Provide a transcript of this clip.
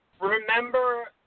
remember